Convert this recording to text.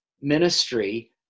ministry